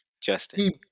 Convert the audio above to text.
Justin